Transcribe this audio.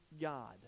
God